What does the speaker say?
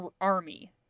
army